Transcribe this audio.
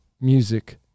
music